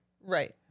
Right